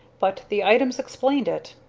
but the items explained it.